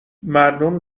مردم